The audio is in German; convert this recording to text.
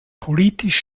politisch